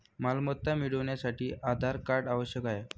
मालमत्ता मिळवण्यासाठी आधार कार्ड आवश्यक आहे